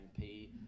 MP